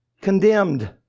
condemned